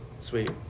Sweet